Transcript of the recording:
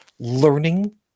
Learning